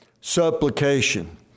supplication